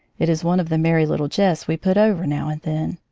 it is one of the merry lit tle jests we put over now and then.